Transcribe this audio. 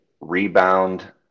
Rebound